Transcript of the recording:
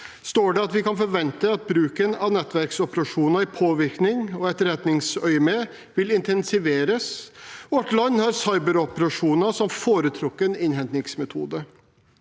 står det at vi kan forvente at bruken av nettverksoperasjoner i påvirknings- og etterretningsøyemed vil intensiveres, og at land har cyberoperasjoner som foretrukken innhentingsmetode.